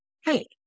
hey